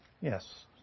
yes